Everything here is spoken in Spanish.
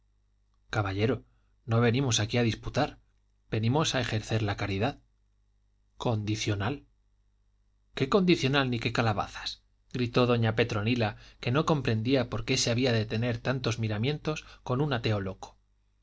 caballero no venimos aquí a disputar venimos a ejercer la caridad condicional qué condicional ni qué calabazas gritó doña petronila que no comprendía por qué se había de tener tantos miramientos con un ateo loco